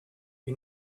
you